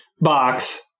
box